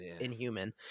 inhuman